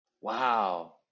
Wow